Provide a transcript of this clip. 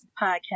Podcast